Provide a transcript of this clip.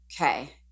okay